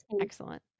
Excellent